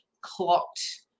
clocked